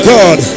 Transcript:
God